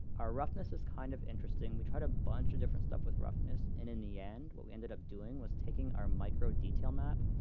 our roughness is kind of interesting. we tried a bunch of different stuff with roughness and in the end what we ended up doing was taking our micro detail map.